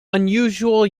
unusual